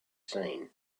seen